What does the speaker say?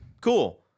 cool